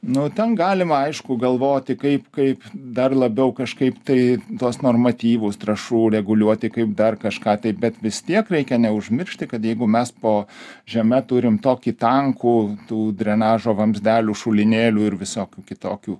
nu ten galima aišku galvoti kaip kaip dar labiau kažkaip tai tuos normatyvus trąšų reguliuoti kaip dar kažką tai bet vis tiek reikia neužmiršti kad jeigu mes po žeme turim tokį tankų tų drenažo vamzdelių šulinėlių ir visokių kitokių